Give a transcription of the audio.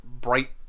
bright